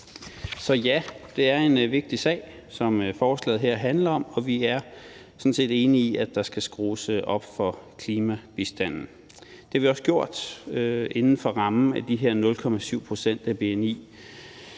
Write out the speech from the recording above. Så ja, det er en vigtig sag, som forslaget her handler om, og vi er sådan set enige i, at der skal skrues op for klimabistanden. Det har vi også gjort inden for rammen med de her 0,7 pct. af bni,